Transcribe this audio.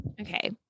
Okay